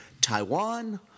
Taiwan